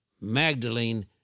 Magdalene